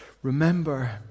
Remember